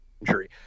injury